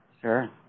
Sure